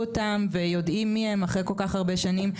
אותם ויודעים מי הם אחרי כל כך הרבה שנים.